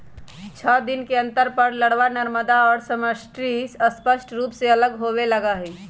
छः दिन के अंतर पर लारवा, नरमादा और श्रमिक स्पष्ट रूप से अलग होवे लगा हई